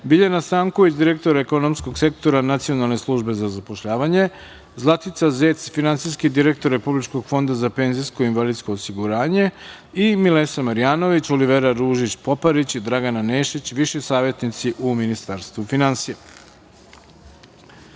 Biljana Stanković, direktor ekonomskog sektora Nacionalne službe za zapošljavanje, Zlatica Zec, finansijski direktor Republičkog fonda za penzijsko i invalidsko osiguranje i Milesa Marjanović, Olivera Ružić Poparić i Dragana Nešić, viši savetnici u Ministarstvu finansija. Pre